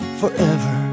forever